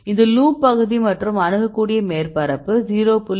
இது லூப் பகுதி மற்றும் அணுகக்கூடிய மேற்பரப்பு 0